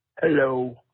Hello